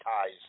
ties